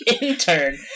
Intern